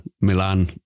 Milan